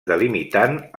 delimitant